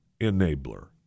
enabler